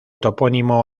topónimo